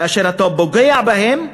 כאשר אתה פוגע בהן,